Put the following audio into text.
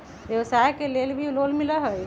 व्यवसाय के लेल भी लोन मिलहई?